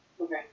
Okay